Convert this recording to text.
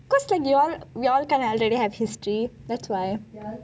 because like you all we all kinda already have history that's why